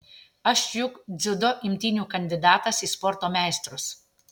aš juk dziudo imtynių kandidatas į sporto meistrus